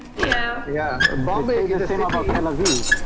yeah. yeah um um and about tel aviv.